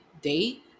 date